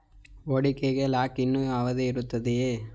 ಹೂಡಿಕೆಗೆ lock in ಅವಧಿ ಇರುತ್ತದೆಯೇ?